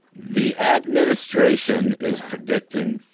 the administration is predicting,